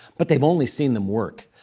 but they've only seen them work,